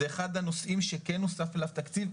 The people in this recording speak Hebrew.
זה אחד הנושאים שכן נוסף אליו תקציב.